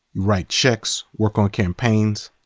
write checks, work on campaigns.